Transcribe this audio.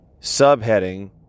subheading